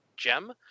gem